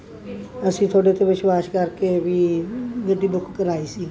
ਅਸੀਂ ਤੁਹਾਡੇ 'ਤੇ ਵਿਸ਼ਵਾਸ ਕਰਕੇ ਵੀ ਗੱਡੀ ਬੁੱਕ ਕਰਾਈ ਸੀ